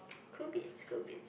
could be could be